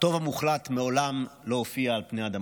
"הטוב המוחלט מעולם לא הופיע על פני אדמות,